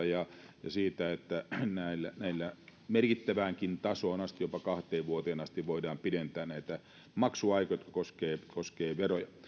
ja siitä että merkittäväänkin tasoon jopa kahteen vuoteen asti voidaan pidentää maksuaikoja jotka koskevat veroja